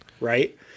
right